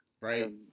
Right